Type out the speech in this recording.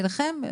אליכם,